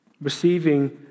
receiving